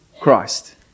Christ